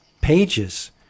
pages